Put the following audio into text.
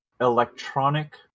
Electronic